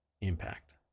impact